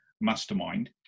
mastermind